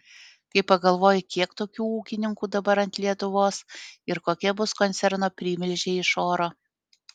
kai pagalvoji kiek tokių ūkininkų dabar ant lietuvos ir kokie bus koncerno primilžiai iš oro